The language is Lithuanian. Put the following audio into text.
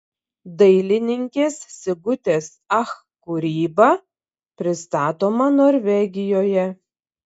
dailininkės sigutės ach kūryba pristatoma norvegijoje